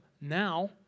now